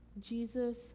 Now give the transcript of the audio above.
Jesus